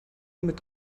mit